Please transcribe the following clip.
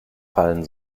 fallen